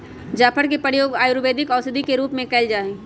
जाफर के प्रयोग आयुर्वेदिक औषधि के रूप में कएल जाइ छइ